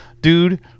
dude